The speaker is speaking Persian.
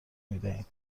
میدهیم